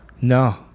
No